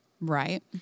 Right